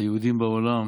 והיהודים בעולם